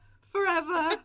forever